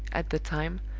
at the time,